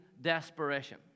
desperation